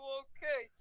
okay